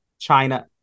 China